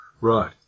Right